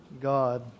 God